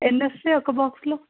ఎన్ని వస్తాయి ఒక బాక్స్లో